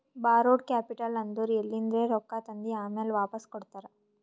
ಬಾರೋಡ್ capital ಅಂದುರ್ ಎಲಿಂದ್ರೆ ರೊಕ್ಕಾ ತಂದಿ ಆಮ್ಯಾಲ್ ವಾಪಾಸ್ ಕೊಡ್ತಾರ